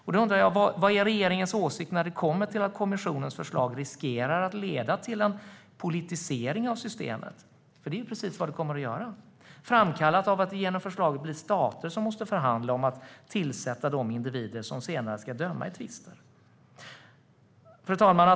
Jag undrar: Vad är regeringens åsikt när det kommer till att kommissionens förslag riskerar att leda till en politisering av systemet? För det är precis vad det kommer att göra, framkallat av att det genom förslaget blir stater som måste förhandla om att tillsätta de individer som senare ska döma i tvister. Fru talman!